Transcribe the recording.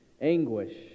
Anguish